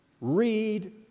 Read